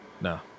no